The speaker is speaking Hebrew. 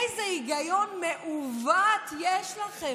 איזה היגיון מעוות יש לכם.